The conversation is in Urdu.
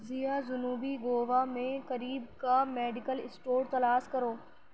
ضیا جنوبی گوا میں قریب کا میڈیکل اسٹور تلاش کرو